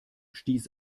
stieß